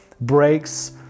breaks